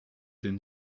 den